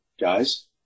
guys